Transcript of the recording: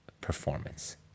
performance